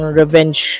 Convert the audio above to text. revenge